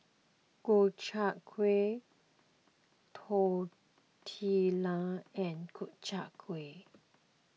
Gobchang Gui Tortillas and Gobchang Gui